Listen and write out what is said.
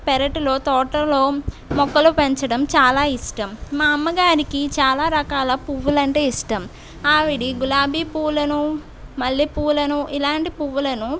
పెరట్లో తోటల్లో మొక్కలు పెంచడం చాలా ఇష్టం మా అమ్మగారికి చాలా రకాల పువ్వులు అంటే ఇష్టం ఆవిడ గులాబీ పూలను మల్లెపూలను ఇలాంటి పువ్వులను